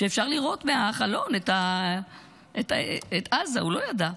שאפשר לראות מהחלון את עזה, הוא לא ידע,